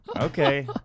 Okay